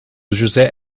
josé